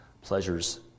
pleasures